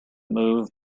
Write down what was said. move